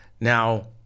Now